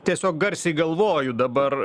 tiesiog garsiai galvoju dabar